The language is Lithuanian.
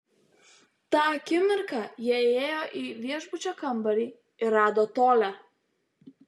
tą akimirką jie įėjo į viešbučio kambarį ir rado tolią